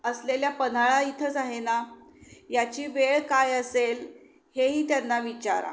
असलेल्या पन्हाळा इथंच आहे ना याची वेळ काय असेल हेही त्यांना विचारा